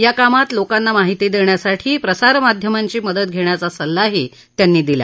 या कामात लोकांना माहिती देण्यासाठी प्रसारमाध्यमांची मदत घेण्याचा सल्लाही त्यांनी दिला